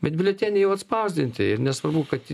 bet biuleteniai jau atspausdinti ir nesvarbu kad